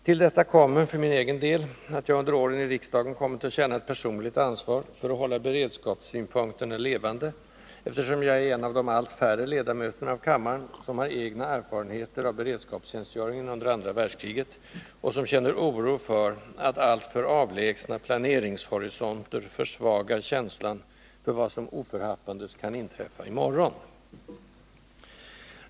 Till detta kommer för min egen del att jag under åren i riksdagen kommit att känna ett personligt ansvar för att hålla beredskapssynpunkterna levande, eftersom jag är en av de allt färre ledamöter av kammaren som har egna erfarenheter av beredskapstjänstgöringen under andra världskriget och som känner oro för att alltför avlägsna ”planeringshorisonter” försvagar känslan för vad som oförhappandes kan inträffa i morgon.